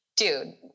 dude